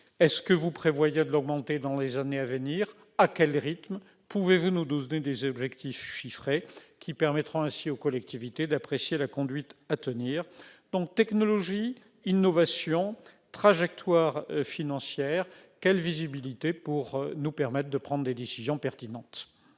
TGAP. Prévoyez-vous de l'augmenter dans les années à venir ? À quel rythme ? Pouvez-vous nous donner des objectifs chiffrés qui permettront ainsi aux collectivités d'apprécier la conduite à tenir ? Technologie, innovation, trajectoire financière : quelle est la visibilité pour nous permettre de prendre des décisions pertinentes ?